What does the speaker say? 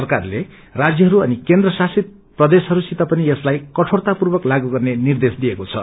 सरकारले राज्यहरू अनि केन्द्र शासित प्रदेशहरूसित पनि यसलाई कठोरतापूर्वक लागू गर्ने निर्देश दिएको छ